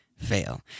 Fail